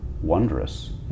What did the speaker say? wondrous